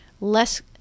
less